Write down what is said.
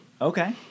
Okay